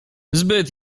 zbyt